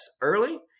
early